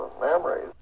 memories